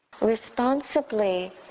responsibly